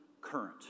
current